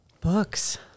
Books